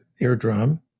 eardrum